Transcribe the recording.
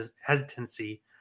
hesitancy